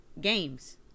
games